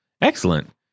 excellent